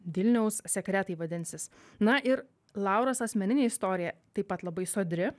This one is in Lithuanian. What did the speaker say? vilniaus sekretai vadinsis na ir lauros asmeninė istorija taip pat labai sodri